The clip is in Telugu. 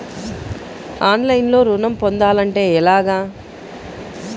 ఆన్లైన్లో ఋణం పొందాలంటే ఎలాగా?